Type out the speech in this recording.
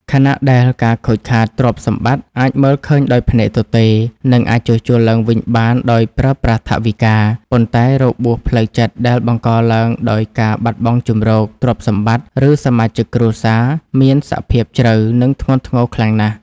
ខណៈដែលការខូចខាតទ្រព្យសម្បត្តិអាចមើលឃើញដោយភ្នែកទទេ និងអាចជួសជុលឡើងវិញបានដោយប្រើប្រាស់ថវិកា ប៉ុន្តែ របួសផ្លូវចិត្ត ដែលបង្កឡើងដោយការបាត់បង់ជម្រក ទ្រព្យសម្បត្តិ ឬសមាជិកគ្រួសារ មានសភាពជ្រៅ និងធ្ងន់ធ្ងរខ្លាំងណាស់។